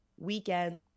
Weekend